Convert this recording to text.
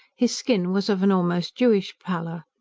his skin was of an almost jewish pallor.